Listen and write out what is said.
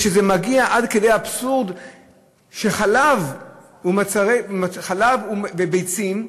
וזה מגיע עד כדי אבסורד שבמחירי החלב והביצים,